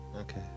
Okay